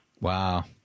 Wow